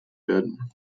werden